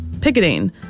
picketing